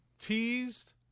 teased